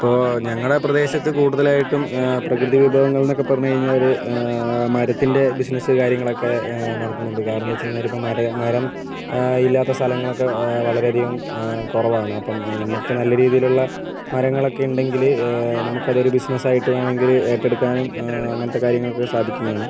ഇപ്പോൾ ഞങ്ങളുടെ പ്രദേശത്ത് കൂടുതലായിട്ടും പ്രകൃതി വിഭവങ്ങൾ എന്നൊക്കെ പറഞ്ഞ് കഴിഞ്ഞാല് മരത്തിൻ്റെ ബിസിനസ്സ് കാര്യങ്ങളൊക്കെ നടത്തുന്നുണ്ട് കാരണം എന്ന് വച്ചാ കഴിഞ്ഞാല് ഇപ്പം മരം മരം ഇല്ലാത്ത സ്ഥലങ്ങളൊക്കെ വളരെയധികം കുറവാണ് അപ്പം നമുക്ക് നല്ല രീതിയിലുള്ള മരങ്ങളൊക്കെയുണ്ടെങ്കില് നമുക്കതൊരു ബിസിനസ്സായിട്ട് വേണമെങ്കില് ഏറ്റെടുക്കാനും അങ്ങനത്തെ കാര്യങ്ങൾക്ക് സാധിക്കുന്നതാണ്